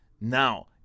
Now